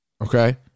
Okay